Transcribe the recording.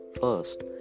First